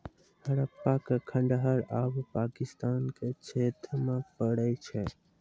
हड़प्पा के खंडहर आब पाकिस्तान के क्षेत्र मे पड़ै छै